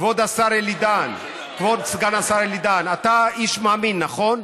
כבוד סגן השר, אלי בן-דהן, אתה איש מאמין, נכון?